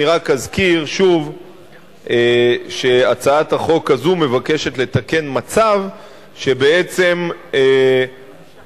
אני רק אזכיר שוב שהצעת החוק הזאת מבקשת לתקן מצב שבעצם נגרם,